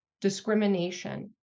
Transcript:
discrimination